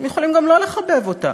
הם יכולים גם שלא לחבב אותה.